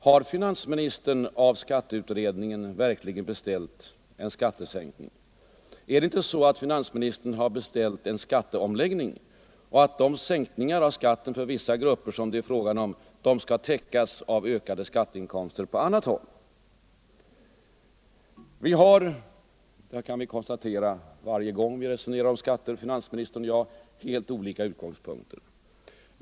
Har finansministern av skatteutredningen verkligen beställt en skattesänkning? Är det inte så att finansministern beställt en skatteomläggning och att de sänkningar av skatten för vissa grupper som det är fråga om skall täckas av ökade skatteinkomster på annat håll? Vi har — det kan konstateras varje gång finansministern och jag resonerar om skatter — helt olika utgångspunkter.